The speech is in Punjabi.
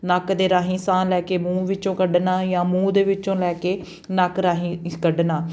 ਨੱਕ ਦੇ ਰਾਹੀਂ ਸਾਹ ਲੈ ਕੇ ਮੂੰਹ ਵਿੱਚੋਂ ਕੱਢਣਾ ਜਾਂ ਮੂੰਹ ਦੇ ਵਿੱਚੋਂ ਲੈ ਕੇ ਨੱਕ ਰਾਹੀਂ ਕੱਢਣਾ